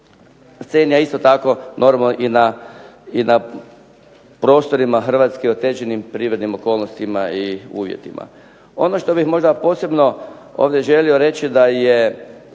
sceni, a isto tako normalno i na prostorima Hrvatske …/Ne razumije se./… privrednim okolnostima i uvjetima. Ono što bih možda posebno ovdje želio reći da je